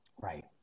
Right